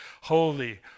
holy